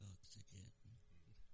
Oxygen